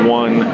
one